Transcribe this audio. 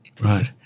Right